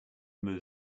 move